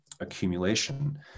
accumulation